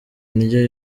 indyo